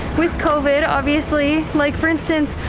with covid obviously. like, for instance,